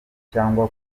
cyangwa